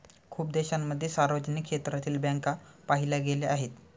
खूप देशांमध्ये सार्वजनिक क्षेत्रातील बँका पाहिल्या गेल्या आहेत